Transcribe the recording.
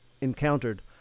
encountered